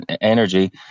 energy